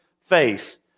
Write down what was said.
face